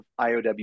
IOW